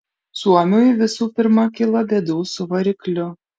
suomiui visų pirma kilo bėdų su varikliu